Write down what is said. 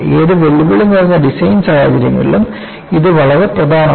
ഏത് വെല്ലുവിളി നിറഞ്ഞ ഡിസൈൻ സാഹചര്യങ്ങളിലും ഇത് വളരെ പ്രധാനമാണ്